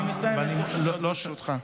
אני מסיים, עשר שניות.